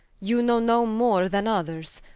you know no more then others?